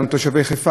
זה ההתנהלות